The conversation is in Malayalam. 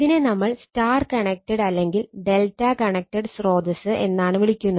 ഇതിനെ നമ്മൾ സ്റ്റാർ കണക്റ്റഡ് അല്ലെങ്കിൽ ∆ കണക്റ്റഡ് സ്രോതസ്സ് എന്നാണ് വിളിക്കുന്നത്